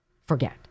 forget